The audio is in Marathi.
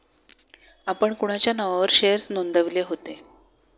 आपण कोणाच्या नावावर शेअर्स नोंदविले होते?